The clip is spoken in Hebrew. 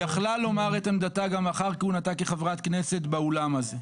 יכלה לומר את עמדתה גם לאחר כהונתה כחברת כנסת באולם הזה,